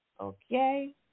Okay